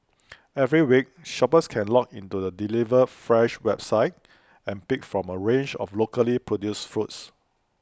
every week shoppers can log into the delivered fresh website and pick from A range of locally produced foods